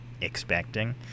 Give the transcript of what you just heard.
expecting